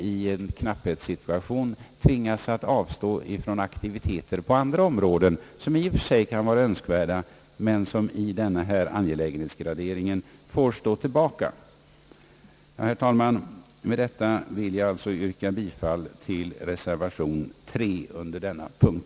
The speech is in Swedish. I en knapphetssituation tvingas man alltså att avstå från aktiviteter på andra områden, som i och för sig kan vara önskvärda men som vid en angelägenhetsgradering får stå tillbaka. Herr talman! Med detta vill jag alltså yrka bifall till reservation 3 under denna punkt.